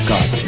God